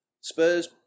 Spurs